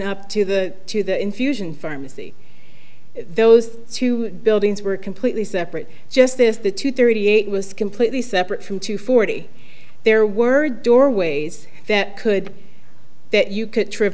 up to the to the infusion pharmacy those two buildings were completely separate justice the two thirty eight was completely separate from two forty there were doorways that could that you could trip